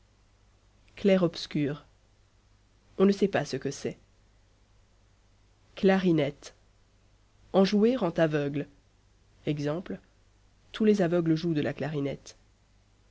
clair-obscur on ne sait pas ce que c'est clarinette en jouer rend aveugle ex tous les aveugles jouent de la clarinette